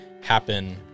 happen